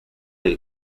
del